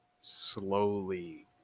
slowly